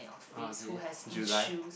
oh okay July